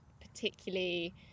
particularly